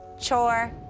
chore